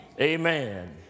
amen